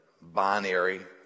binary